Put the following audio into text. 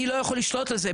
אני לא יכול לשלוט בזה.